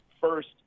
first